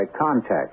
Contact